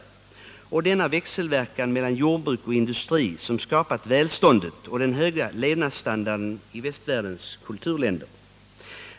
Det är denna växelverkan mellan jordbruk och industri som skapat välståndet och den höga levnadsstandarden i västvärldens kulturländer.